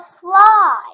fly